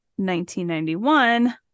1991